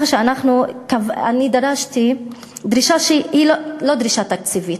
ואני דרשתי דרישה שהיא לא דרישה תקציבית.